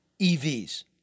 EVs